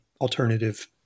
alternative